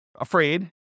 afraid